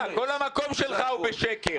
צביקה, כל המקום שלך הוא בשקר.